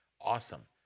awesome